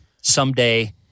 someday